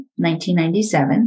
1997